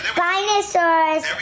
dinosaurs